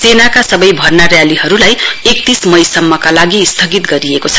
सेनाका सबै भर्ना ऱ्यालीहरूलाई एकतीस मईसम्मका लागि स्थगित गरिएको छ